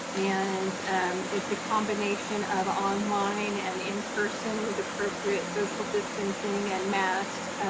and it's a combination of online and in-person with appropriate social distancing and masks.